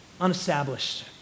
unestablished